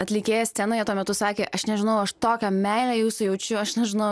atlikėjas scenoje tuo metu sakė aš nežinau aš tokią meilę jūsų jaučiu aš nežinau